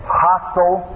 hostile